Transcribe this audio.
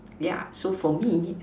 yeah so for me